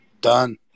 done